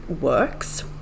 works